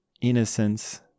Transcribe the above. innocence